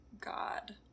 god